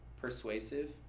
persuasive